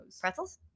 Pretzels